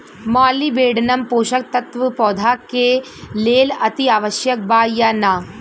Molybdenum पोषक तत्व पौधा के लेल अतिआवश्यक बा या न?